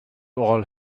all